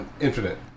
Infinite